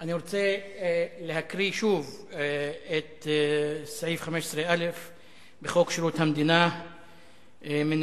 אני רוצה להקריא שוב את סעיף 15א בחוק שירות המדינה (מינויים),